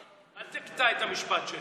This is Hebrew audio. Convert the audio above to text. אל תקטע את המשפט שלי.